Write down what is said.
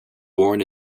born